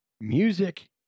music